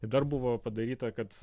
i dar buvo padaryta kad